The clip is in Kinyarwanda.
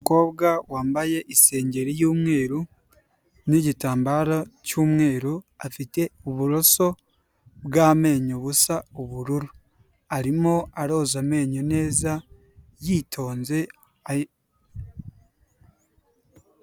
Umukobwa wambaye isengeri y'umweru n'igitambaro cy'umweru afite uburoso bw'amenyo busa ubururu, arimo aroza amenyo neza yitonze.